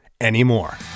Anymore